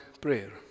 prayer